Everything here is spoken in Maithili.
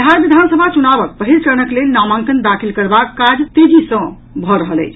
बिहार विधानसभा चुनावक पहिल चरणक लेल नामांकन दाखिल करबाक काज मे तेजी आबि गेल अछि